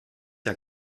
der